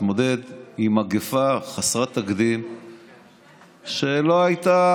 התש"ף 2020. הצעת החוק המונחת כאן היום היא